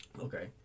Okay